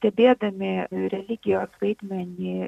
stebėdami religijos vaidmenį